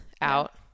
out